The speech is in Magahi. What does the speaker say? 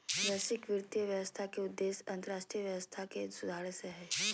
वैश्विक वित्तीय व्यवस्था के उद्देश्य अन्तर्राष्ट्रीय व्यवस्था के सुधारे से हय